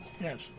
Yes